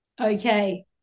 Okay